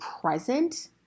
present